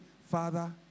Father